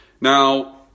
Now